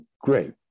great